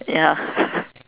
ya